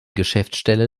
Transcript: geschäftsstelle